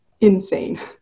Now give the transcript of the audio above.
insane